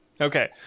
okay